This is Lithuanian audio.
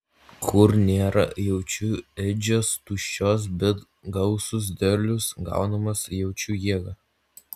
kur nėra jaučių ėdžios tuščios bet gausus derlius gaunamas jaučių jėga